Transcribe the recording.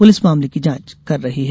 police मामले की जांच कर रही है